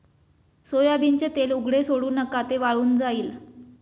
soybean तेल उघडे सोडू नका, ते वाळून जाईल